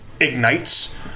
ignites